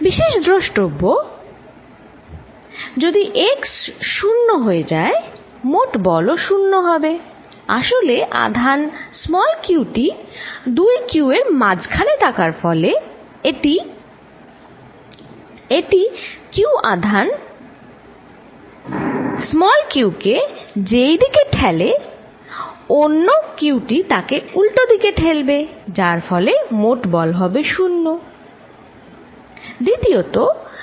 বিশেষ দ্রষ্টব্য 1 যদি x শূন্য হয় মোট বল ও শূন্য হবে আসলে আধান q টি দুই Q এর মাঝখানে থাকার ফলে একটি Q আধান q কে যেই দিকে ঠেলে অন্যQ তাকে উল্টোদিকে ঠেলবে যার ফলে মোট বল হবে শুন্য